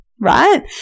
right